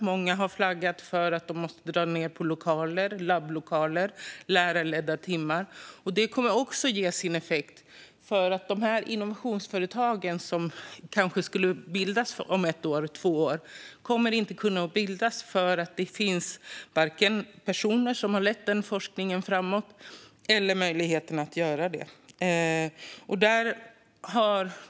Många har flaggat för att de måste dra ned på labblokaler och lärarledda timmar. Det kommer också att ha sin effekt. Innovationsföretagen som kanske skulle bildas om ett eller två år kommer inte att bildas eftersom det inte har funnits någon som har lett forskningen framåt eller haft möjligheten att göra det.